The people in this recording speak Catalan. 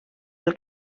pel